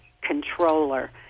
controller